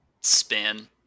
Spin